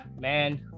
man